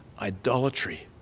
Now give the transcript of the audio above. idolatry